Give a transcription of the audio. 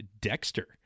Dexter